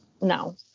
No